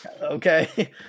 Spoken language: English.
okay